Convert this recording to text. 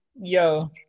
Yo